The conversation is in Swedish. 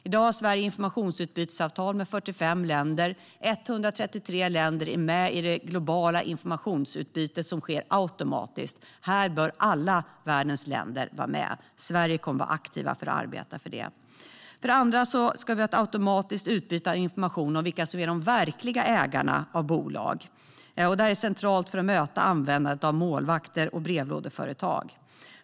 I dag har Sverige informationsutbytesavtal med 45 länder. 133 länder är med i det globala informationsutbyte som sker automatiskt. Här bör alla världens länder vara med. Sverige kommer att vara aktivt i det arbetet. För det andra ska vi ha ett automatiskt utbyte av information om vilka som är de verkliga ägarna av bolag. Detta är centralt för att möta användandet av målvakter och brevlådeföretag.